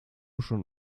schon